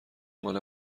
مال